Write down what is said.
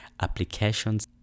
applications